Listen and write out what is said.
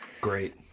Great